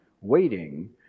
waiting